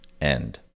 end